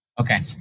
Okay